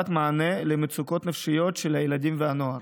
המענה למצוקות הנפשיות של הילדים והנוער.